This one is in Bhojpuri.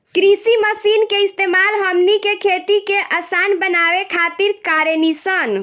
कृषि मशीन के इस्तेमाल हमनी के खेती के असान बनावे खातिर कारेनी सन